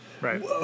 Right